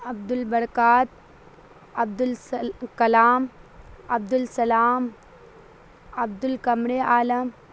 عبدالبڑکات عبدل سل کلام عبدل سلام عبدل قمر عالم